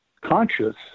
conscious